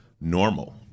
normal